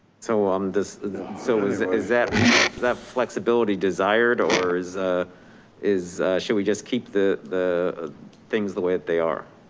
so um so is is that that flexibility desired or is ah is should we just keep the the things the way that they are.